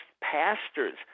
pastors